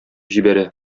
җибәрә